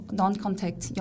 non-contact